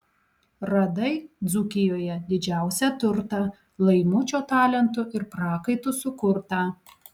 radai dzūkijoje didžiausią turtą laimučio talentu ir prakaitu sukurtą